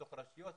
בתוך הרשויות,